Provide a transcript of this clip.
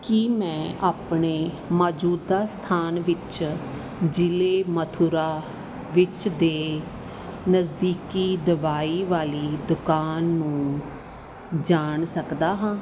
ਕੀ ਮੈਂ ਆਪਣੇ ਮੌਜੂਦਾ ਸਥਾਨ ਵਿੱਚ ਜ਼ਿਲ੍ਹੇ ਮਥੁਰਾ ਵਿੱਚ ਦੇ ਨਜ਼ਦੀਕੀ ਦਵਾਈ ਵਾਲੀ ਦੁਕਾਨ ਨੂੰ ਜਾਣ ਸਕਦਾ ਹਾਂ